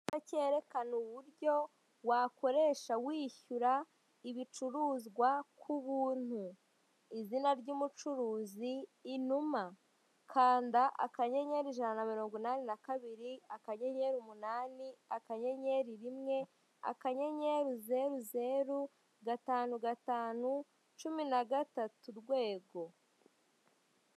Icyapa kerekana uburyo wakoresha wishyura ibicuruzwa ku buntu, izina ry'umucuruzi "INUMA" kanda akanyenyeri ijana na mirongo inani na kabiri, akanyenyeri umunani, akanyenyeri rimwe, akanyenyeri zeru zeru gatanu gatanu cumi na gatatu urwego.